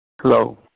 Hello